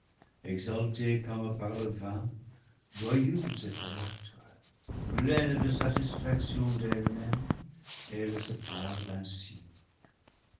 exaltée comme par le vin joyeuse et folâtre pleine de satisfaction d'elle-même elle se parle ainsi